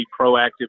proactive